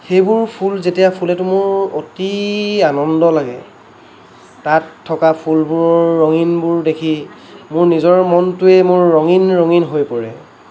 সেইবোৰ ফুল যেতিয়া ফুলে তো মোৰ অতি আনন্দ লাগে তাত থকা ফুলবোৰ ৰঙীনবোৰ দেখি মোৰ নিজৰ মনটোয়েই মোৰ ৰঙীন ৰঙীন হৈ পৰে